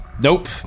Nope